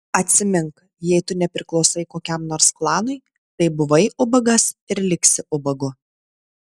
atsimink jei tu nepriklausai kokiam nors klanui tai buvai ubagas ir liksi ubagu